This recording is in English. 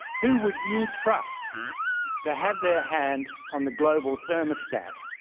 who would you trust to have their hand on the global thermostat,